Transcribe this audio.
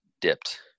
dipped